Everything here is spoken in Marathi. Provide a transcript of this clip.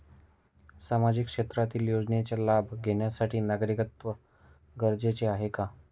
सामाजिक क्षेत्रातील योजनेचा लाभ घेण्यासाठी नागरिकत्व गरजेचे आहे का?